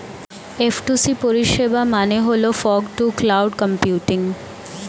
F two C পরিষেবার মানে হল ফগ টু ক্লাউড কম্পিউটিং